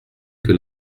que